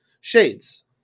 Shades